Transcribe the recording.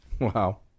wow